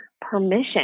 permission